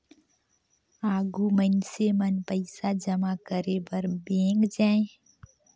आघु मइनसे मन पइसा जमा करे बर बेंक जाएं